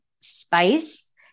spice